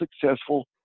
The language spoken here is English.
successful